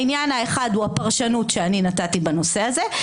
העניין האחד הוא הפרשנות שאני נתתי בנושא הזה,